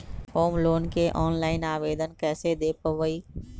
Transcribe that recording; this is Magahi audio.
होम लोन के ऑनलाइन आवेदन कैसे दें पवई?